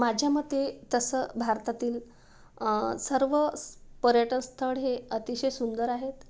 माझ्या मते तसं भारतातील सर्व पर्यटन स्थळ हे अतिशय सुंदर आहेत